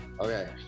Okay